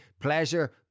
Pleasure